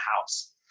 house